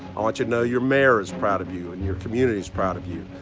i want you to know your mayor is proud of you and your community is proud of you.